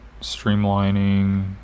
Streamlining